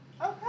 Okay